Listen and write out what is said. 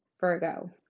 virgo